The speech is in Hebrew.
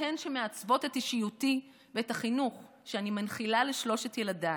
והן שמעצבות את אישיותי ואת החינוך שאני מנחילה לשלושת ילדיי,